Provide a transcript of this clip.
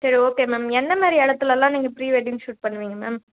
சரி okay ma'am எந்த மாதிரி இடத்துலலாம் நீங்கள் ப்ரீ வெட்டிங் ஷூட் பண்ணுவீங்க மேம்